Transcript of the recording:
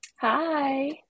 Hi